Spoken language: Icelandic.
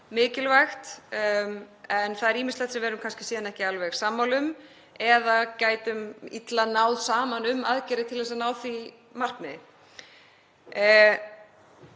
mikilvægt, en það er ýmislegt sem við erum síðan kannski ekki alveg sammála um eða gætum illa náð saman um aðgerðir til að ná því markmiði.